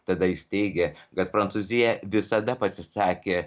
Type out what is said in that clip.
tada jis teigė kad prancūzija visada pasisakė